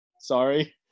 sorry